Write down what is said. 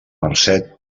marcet